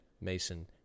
Mason